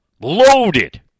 Loaded